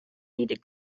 needed